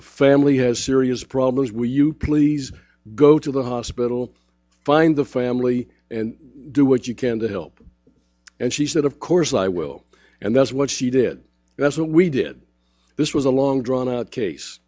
the family has serious problems will you please go to the hospital find the family and do what you can to help and she said of course i will and that's what she did that's what we did this was a long drawn out case